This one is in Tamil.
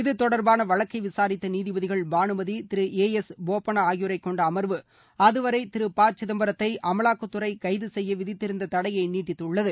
இது தொடர்பான வழக்கை விசாரித்த நீதிபதிகள் பானுமதி திரு ஏ எஸ் போபண்ணா ஆகியோரைக் கொண்ட அமா்வு அதுவரை திரு சிதம்பரத்தை அமலாக்கத்துறை கைது செய்ய விதித்திருந்த தடையை நீட்டித்துள்ளது